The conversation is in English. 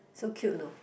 so cute you know